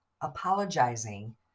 apologizing